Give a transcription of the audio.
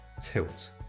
tilt